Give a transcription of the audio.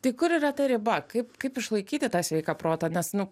tai kur yra ta riba kaip kaip išlaikyti tą sveiką protą nes nu